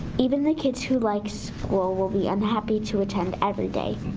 even the kids who like school will be unhappy to attend everyday.